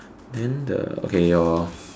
then the okay your